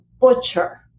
butcher